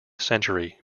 century